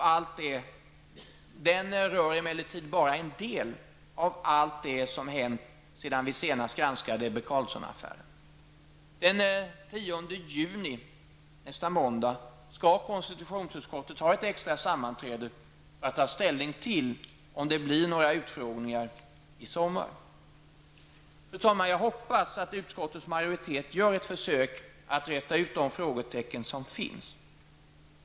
Den rör emellertid bara en del av allt det som hänt sedan vi senast granskade Ebbe Carlsson-affären. Den 10 juni, nästa måndag, skall utskottet ha ett extra sammanträde för att ta ställning till om det blir några utfrågningar i sommar. Fru talman! Jag hoppas att utskottets majoritet gör ett försök att räta ut de frågetecken som finns.